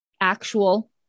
actual